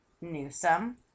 Newsom